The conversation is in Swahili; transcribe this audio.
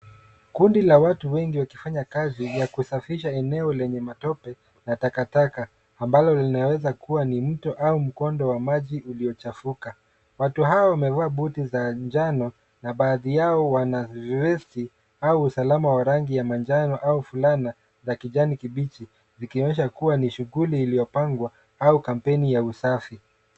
Kundi la watu wengi wakifanya kazi ya kusafisha eneo lenye matope na takataka ambalo linaweza kuwa ni mto au mkondo wa maji uliochafuka. Watu hawa wamevaa buti za njano na baadhi yao wana vesti au usalama wa rangi ya manjano au fulana za kijani kibichi zikionyesha kuwa ni shughuli iliyopangwa au kampeni ya usafi.